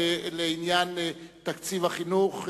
בעניין תקציב החינוך.